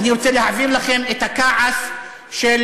אני רוצה להעביר לכם את הכעס של